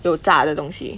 油炸的东西